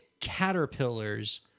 caterpillars